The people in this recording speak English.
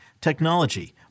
technology